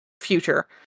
future